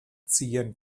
ziehen